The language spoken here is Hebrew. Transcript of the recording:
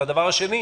ושנית,